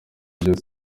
bya